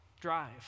drive